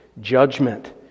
judgment